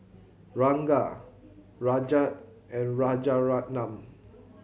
Ranga Rajat and Rajaratnam